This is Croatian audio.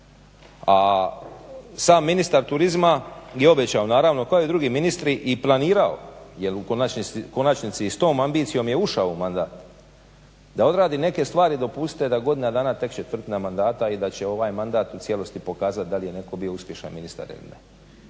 A sam ministar turizma je obećao naravno kao i drugi ministri i planirao jer u konačnici s tom ambicijom je ušao u mandat da odradi neke stvari dopustite da godina dana je tek četvrtina mandata i da će ovaj mandat u cijelosti pokazati kad je netko bio uspješan ministar ili ne.